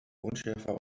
unschärfer